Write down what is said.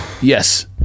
Yes